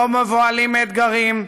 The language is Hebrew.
לא מבוהלים מאתגרים,